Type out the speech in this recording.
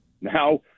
Now